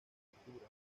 escritura